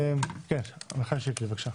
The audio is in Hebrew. עמיחי שיקלי, בבקשה.